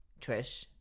Trish